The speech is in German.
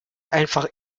einfach